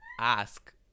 ask